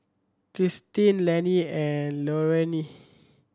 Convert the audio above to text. Cristine Lenny and Lorayne